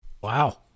Wow